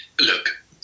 Look